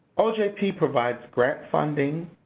provides grant funding,